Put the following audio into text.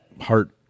heart